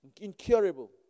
incurable